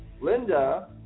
linda